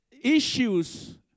issues